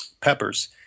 peppers